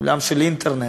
עולם של אינטרנט,